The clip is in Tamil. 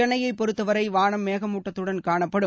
சென்னையைப் பொறுத்தவரை வானம் மேகமூட்டத்துடன் காணப்படும்